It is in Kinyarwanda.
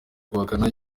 guhakana